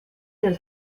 del